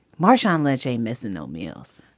marshawn lynch, a missing no meals.